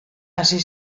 hasi